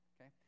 Okay